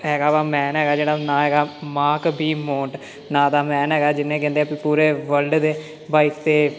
ਹੈਗਾ ਵਾ ਮੈਨ ਹੈਗਾ ਜਿਹੜਾ ਨਾ ਹੈਗਾ ਮਾਂ ਕਬੀ ਮੋਟ ਨਾਂ ਦਾ ਮੈਨ ਹੈਗਾ ਜਿਹਨੇ ਕਹਿੰਦੇ ਪੂਰੇ ਵਰਲਡ ਦੇ ਬਾਈਕ 'ਤੇ